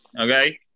Okay